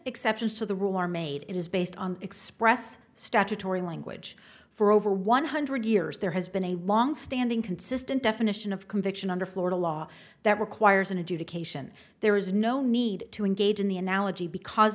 exceptions to the rule are made it is based on express statutory language for over one hundred years there has been a longstanding consistent definition of conviction under florida law that requires an adjudication there is no need to engage in the analogy because